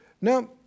Now